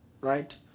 Right